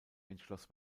entschloss